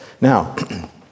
Now